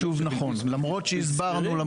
נכון, למרות שהסברנו.